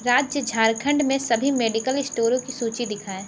राज्य झारखंड में सभी मेडिकल स्टोरों की सूचि दिखाएँ